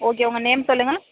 okay உங்கள் name சொல்லுங்கள்